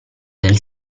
del